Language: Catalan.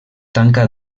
tanca